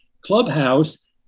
clubhouse